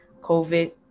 COVID